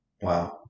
Wow